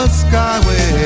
skyway